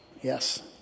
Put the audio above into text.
Yes